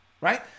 right